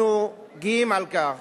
אנחנו גאים על כך